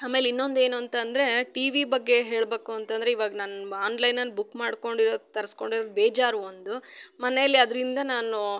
ಆಮೇಲೆ ಇನ್ನೊಂದು ಏನು ಅಂತಂದರೆ ಟಿ ವಿ ಬಗ್ಗೆ ಹೇಳಬೇಕು ಅಂತಂದರೆ ಇವಾಗ ನಾನು ಆನ್ಲೈನಲ್ಲಿ ಬುಕ್ ಮಾಡ್ಕೊಂಡು ಇರೋದು ತರ್ಸ್ಕೊಂಡು ಇರೋದು ಬೇಜಾರು ಒಂದು ಮನೇಲಿ ಅದರಿಂದ ನಾನು